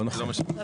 לא נכון.